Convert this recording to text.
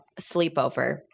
sleepover